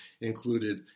included